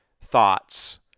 thoughts